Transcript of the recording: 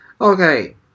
Okay